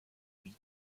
read